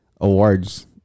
awards